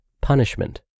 punishment